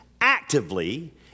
actively